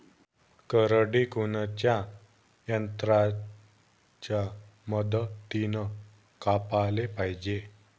करडी कोनच्या यंत्राच्या मदतीनं कापाले पायजे?